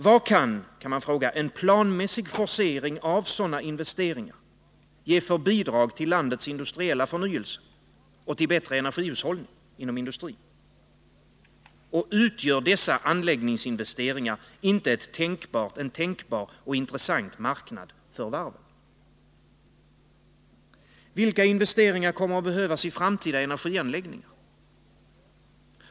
Vad skulle, kan man fråga, en planmässig forcering av sådana investeringar kunna ge för bidrag till landets industriella förnyelse och till bättre energihushållning inom industrin? Och utgör dessa anläggningsinvesteringar inte en tänkbar och intressant marknad för varven? Vilka investeringar kommer att behövas i framtida energianläggningar?